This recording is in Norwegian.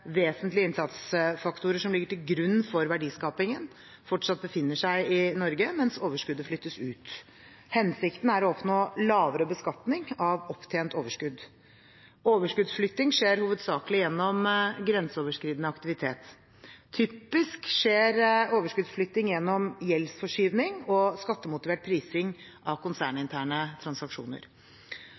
vesentlige innsatsfaktorer som ligger til grunn for verdiskapingen, fortsatt befinner seg i Norge, mens overskudd flyttes ut. Hensikten er å oppnå lavere beskatning av opptjent overskudd. Overskuddsflytting skjer hovedsakelig gjennom grenseoverskridende aktivitet. Typisk skjer overskuddsflytting gjennom gjeldsforskyvning og skattemotivert prising av konserninterne transaksjoner.